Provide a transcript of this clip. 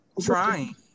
trying